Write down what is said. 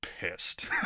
pissed